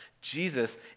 Jesus